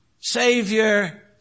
Savior